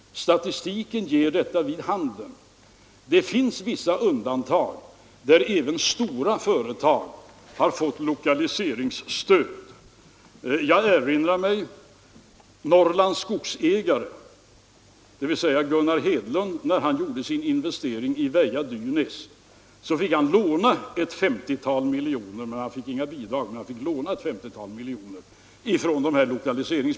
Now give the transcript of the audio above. Statistiken visar att det är så. Det finns vissa undantag, där även stora företag har fått lokaliseringsstöd. Jag erinrar mig att Norrlands Skogsägare, dvs. Gunnar Hedlunds organisation, när de gjorde sin investering i Väja-Dynäs fick låna ett 50-tal miljoner — men han fick inga bidrag — av lokaliseringsmedlen.